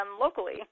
locally